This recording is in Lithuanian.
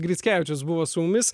grickevičius buvo su mumis